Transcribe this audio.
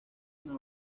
una